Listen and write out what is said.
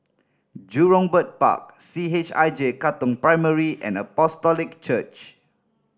Jurong Bird Park C H I J Katong Primary and Apostolic Church